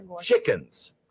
chickens